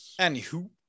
anywho